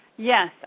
Yes